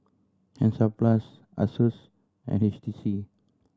Hansaplast Asus and H T C